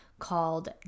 Called